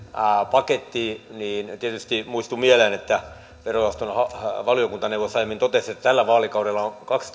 paketti niin tietysti muistui mieleen että verojaoston valiokuntaneuvos aiemmin totesi että tällä vaalikaudella on kaksi